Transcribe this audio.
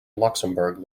luxembourg